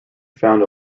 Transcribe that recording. found